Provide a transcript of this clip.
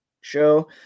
show